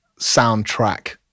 soundtrack